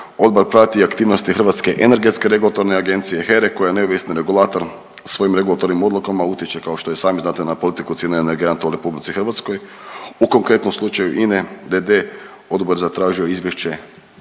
Odbor prati i aktivnosti Hrvatske energetske regulatorne agencije HERE koja je neovisni regulator svojim regulatornim odlukama utječe kao što i sami znate na politiku cijene energenata u RH. U konkretnom slučaju Ine d.d. Odbor je zatražio izvješće